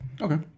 Okay